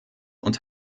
und